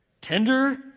Tender